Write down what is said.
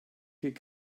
could